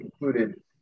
included